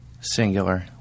Singular